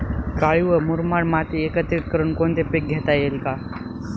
काळी व मुरमाड माती एकत्रित करुन कोणते पीक घेता येईल का?